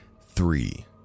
three